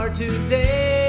today